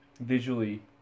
visually